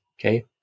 Okay